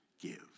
give